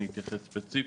אני אתייחס ספציפית,